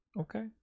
Okay